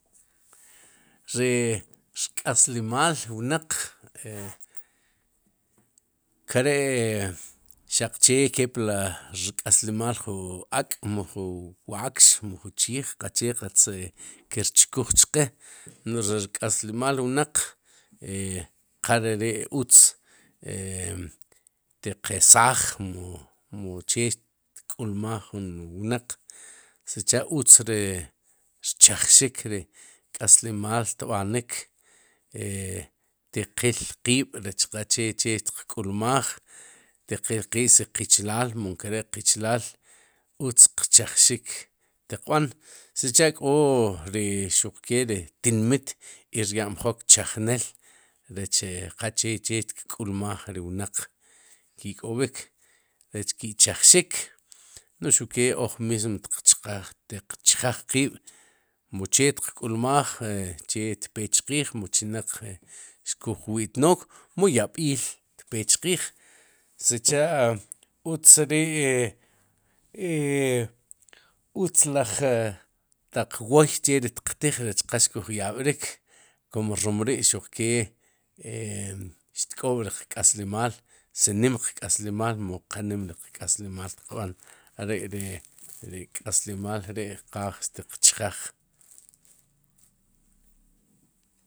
Ri rk'aslimaal wnaq e nkere'xaq che kepli rk'aslimaal ju ak'mu ju wakx, mu ju chiij, qache qatz e kirchkuj chqe, no'j ri rk'aslimal wnaq e qareri utz e teqesaaj mu mu che tk'ulmaj jun wnaq sicha'utz re rchajrik ri xk'aslimal xtb'anik e tiqilqiib'rech qache che xtiqk'ulmaj ti qiil qiib'si qichillal mu nkere'qichilaal utzz qchejxik tiqb'an sicha'k'o ri xuq ke ri tinmit irya'mjok chejneel qacheche xtk'ulmaj ri wnaq ki'k'ob'ik rech ki'chejxik, no'j xukee oj mis chj tiqchjeej qiib'mu chee xtiq k'ulmaaj e mu che xpe chqiij mu chinaq xkuj wi'tnook mu yab'iil tpe chqiij sicha'utz ri' e e utz laj taq wooy cheri xtiqtij rech qa xkuj yab'rik kum rom ri'xuqkee e xtk'oob'ri qk'aslimaal si nim qk'aslimaal mu qanim ri qk'aslimal tiqb'an are ri'k'aslimaal ri qaaj tiq chjeej.